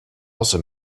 also